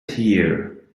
here